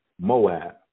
Moab